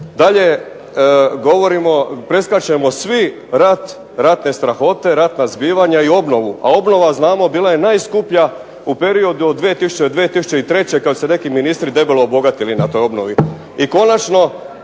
preskačemo svi rat, ratne strahote, ratna zbivanja i obnovu, a obnova znamo bila je najskuplja u periodu od 2000. do 2003. kad su se neki ministri debelo obogatili na toj obnovi.